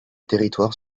territoires